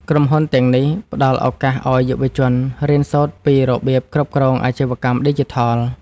ក្រុមហ៊ុនទាំងនេះផ្ដល់ឱកាសឱ្យយុវជន រៀនសូត្រពីរបៀបគ្រប់គ្រងអាជីវកម្មឌីជីថល។